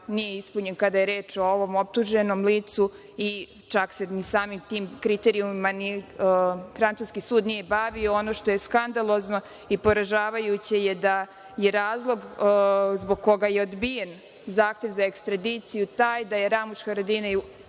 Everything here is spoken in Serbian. nije ispunjen kada je reč o ovom optuženom licu, čak se ni samim tim kriterijumima francuski sud nije bavio. Ono što je skandalozno i poražavajuće je da je razlog zbog koga je odbijen zahtev za ekstradiciju taj da je Ramuš Haradinaj